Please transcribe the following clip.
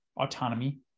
autonomy